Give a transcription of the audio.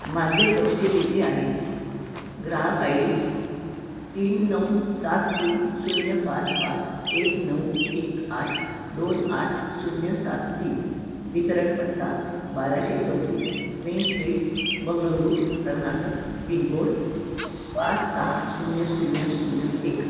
माझे तपशील येथे आहेत ग्राहक आय डी तीन नऊ सात तीन शून्य पाच पाच एक नऊ एक आठ दोन आठ शून्य सात तीन वितरणपत्ता बाराशे चौतीस main street Bengaluru Karnataka pin code पाच सहा शून्य शून्य शून्य एक